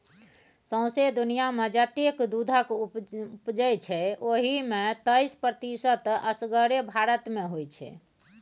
सौंसे दुनियाँमे जतेक दुधक उपजै छै ओहि मे तैइस प्रतिशत असगरे भारत मे होइ छै